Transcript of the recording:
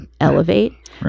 elevate